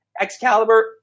Excalibur